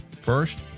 First